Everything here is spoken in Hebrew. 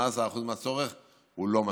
18% מהצורך זה לא מספיק,